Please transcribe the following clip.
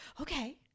okay